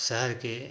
शहर के